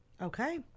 okay